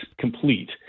complete